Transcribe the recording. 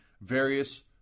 various